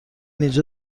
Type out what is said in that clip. اینجا